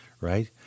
right